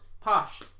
posh